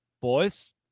Boys